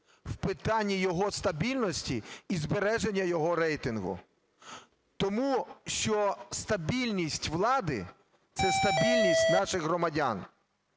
в питанні його стабільності і збереження його рейтингу, тому що стабільність влади – це стабільність наших громадян.